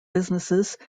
businesses